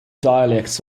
dialects